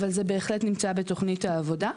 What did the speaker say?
אבל זה בהחלט נמצא בתוכנית העבודה.